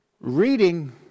reading